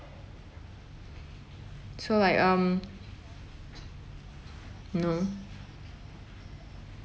so like um no